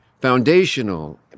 foundational